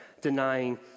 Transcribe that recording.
denying